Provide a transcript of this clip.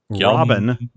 robin